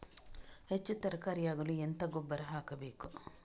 ಹೆಚ್ಚು ತರಕಾರಿ ಆಗಲು ಎಂತ ಗೊಬ್ಬರ ಹಾಕಬೇಕು?